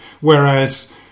whereas